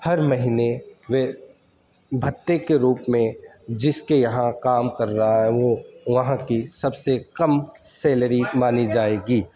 ہر مہینے بھتے کے روپ میں جس کے یہاں کام کر رہا ہے وہ وہاں کی سب سے کم سیلری مانی جائے گی